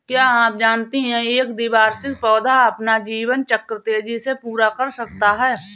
क्या आप जानते है एक द्विवार्षिक पौधा अपना जीवन चक्र तेजी से पूरा कर सकता है?